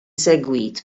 segwit